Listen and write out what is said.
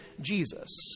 Jesus